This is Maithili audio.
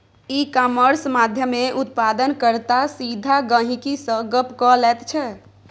इ कामर्स माध्यमेँ उत्पादन कर्ता सीधा गहिंकी सँ गप्प क लैत छै